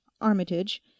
Armitage